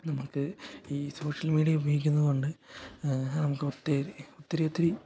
നമുക്ക് ഈ social media ഉപയോഗിക്കുന്നത് കൊണ്ട് നമുക്ക് ഒത്തിരി ഒത്തിരി ഒത്തിരി